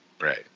right